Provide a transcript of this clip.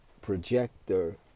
projector